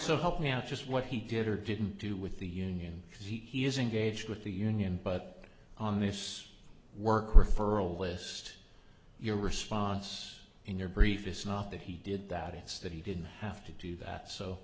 so help me out just what he did or didn't do with the union he is engaged with the union but on this work referral list your response in your brief is not that he did that it's that he didn't have to do that so